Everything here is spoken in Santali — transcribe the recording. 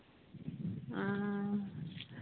ᱚᱻ